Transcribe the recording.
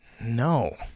No